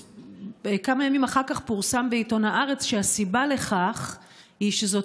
כמה ימים לאחר מכן פורסם בעיתון הארץ שהסיבה לכך היא שזאת